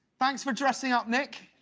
thanks for dressing up nick.